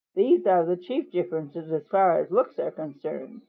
these are the chief differences as far as looks are concerned.